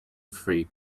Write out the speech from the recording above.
free